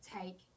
take